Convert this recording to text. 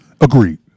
Agreed